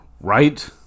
Right